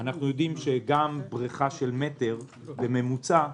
אנחנו יודעים שגם בריכה של מטר בממוצע,